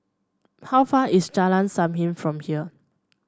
how far is Jalan Sam Heng from here